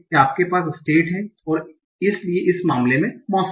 आपके पास हैं इसलिए इस मामले में मौसम हैं